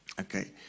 Okay